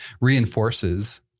reinforces